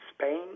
Spain